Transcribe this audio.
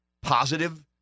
positive